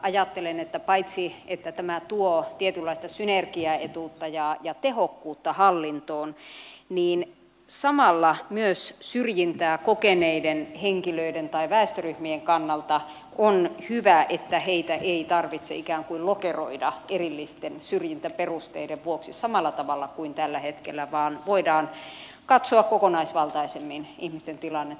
ajattelen että paitsi että tämä tuo tietynlaista synergiaetuutta ja tehokkuutta hallintoon niin samalla myös syrjintää kokeneiden henkilöiden tai väestöryhmien kannalta on hyvä että heitä ei tarvitse ikään kuin lokeroida erillisten syrjintäperusteiden vuoksi samalla tavalla kuin tällä hetkellä vaan voidaan katsoa kokonaisvaltaisemmin ihmisten tilannetta